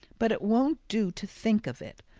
but it won't do to think of it!